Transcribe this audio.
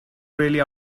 really